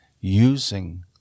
using